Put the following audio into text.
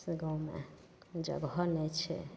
ओहि गाममे जगह नहि छै